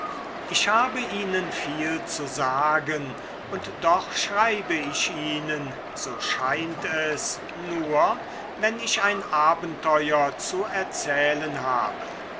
ich habe ihnen viel zu sagen und doch schreibe ich ihnen so scheint es nur wenn ich ein abenteuer zu erzählen habe